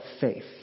faith